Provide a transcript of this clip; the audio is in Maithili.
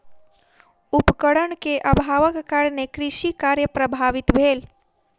उपकरण के अभावक कारणेँ कृषि कार्य प्रभावित भेल